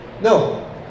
No